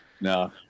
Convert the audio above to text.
No